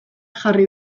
jarri